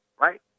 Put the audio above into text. right